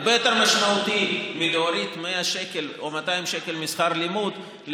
הרבה יותר משמעותי מלהוריד 100 שקל או 200 שקל משכר לימוד זה